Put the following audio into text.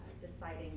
deciding